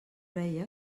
reia